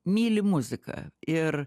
myli muziką ir